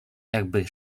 jakby